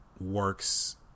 works